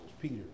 Peter